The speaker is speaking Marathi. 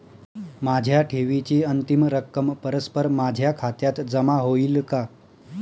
माझ्या ठेवीची अंतिम रक्कम परस्पर माझ्या खात्यात जमा होईल का?